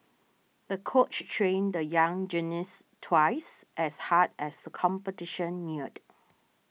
the coach trained the young gymnast twice as hard as the competition neared